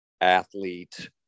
athlete